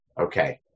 Okay